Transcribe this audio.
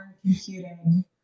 computing